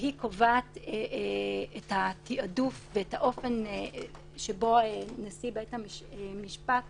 והיא קובעת את התעדוף ואת האופן שבו נשיא בית המשפט